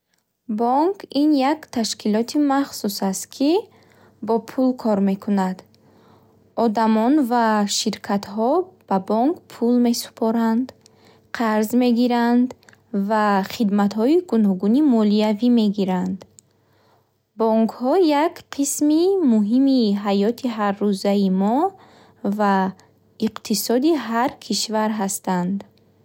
Бонк ин як ташкилоти махсус аст, ки бо пул кор мекунад. Одамон ва ширкатҳо ба бонк пул месупоранд, қарз мегиранд ва хидматҳои гуногуни молиявӣ мегиранд. Бонкҳо як қисми муҳими ҳаёти ҳаррӯзаи мо ва иқтисоди ҳар кишвар ҳастанд.